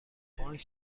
بانک